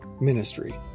ministry